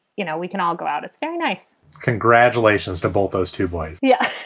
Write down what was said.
you know, we can all go out. it's very nice congratulations to both those two boys yeah.